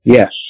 Yes